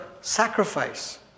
sacrifice